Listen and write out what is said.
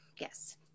Yes